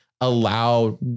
allow